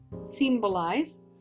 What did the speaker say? symbolize